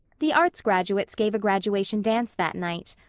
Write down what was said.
the arts graduates gave a graduation dance that night.